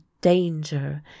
danger